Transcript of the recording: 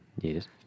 Yes